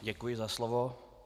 Děkuji za slovo.